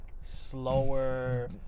slower